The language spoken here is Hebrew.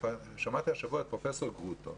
שמעתי השבוע את פרופסור גרוטו